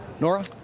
Nora